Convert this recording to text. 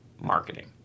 marketing